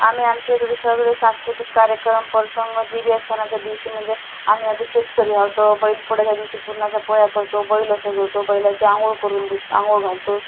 आम्ही आमच्या इकडे सगळे सांस्कृतिक कार्यक्रम प्रसंग जे बी आहे सणाच्या दिवशी म्हणजे आम्ही आता शेतकरी आहे तो बैलपोळ्याच्या दिवशी पुरणाच्या पोळ्या करतो बैल सजवतो बैलाची आंघोळ करून देत आंघोळ घालतो